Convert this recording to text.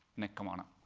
nick, come on up.